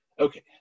Okay